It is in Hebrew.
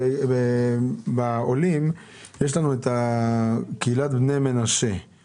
לפי הביצוע שהיה עד כה ולפי ההערכות שהיו לנו לקראת המחצית השנייה של